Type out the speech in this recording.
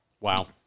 Wow